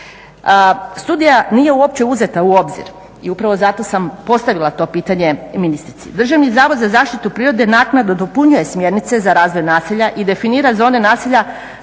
Studija nije uopće uzeta u obzir i upravo sam i postavila to pitanje ministri. Državni zavod za zaštitu prirode naknadno dopunjuje smjernice za razvoj naselja i definira zone naselja